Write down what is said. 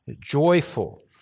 joyful